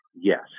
Yes